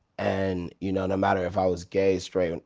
and you know no matter if i was gay, straight, and